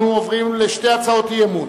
אנו עוברים לשתי הצעות אי-אמון.